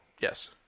Yes